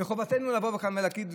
חובתנו לבוא לכאן, להגיד,